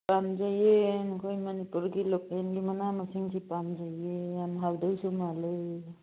ꯄꯥꯝꯖꯩꯌꯦ ꯑꯩꯈꯣꯏ ꯃꯅꯤꯄꯨꯔꯒꯤ ꯂꯣꯀꯦꯜꯒꯤ ꯃꯅꯥ ꯃꯁꯤꯡꯁꯤ ꯄꯥꯝꯖꯩꯌꯦ ꯌꯥꯝ ꯍꯥꯎꯗꯣꯏꯁꯨ ꯃꯥꯜꯂꯦ